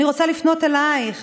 אני רוצה לפנות אלייך,